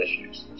issues